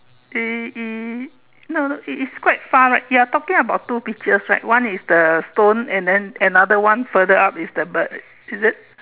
it it no no it is quite far right you are talking about two pictures right one is the stone and then another one further up is the bird is it